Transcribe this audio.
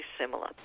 similar